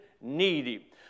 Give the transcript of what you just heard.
needy